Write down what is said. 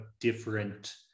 different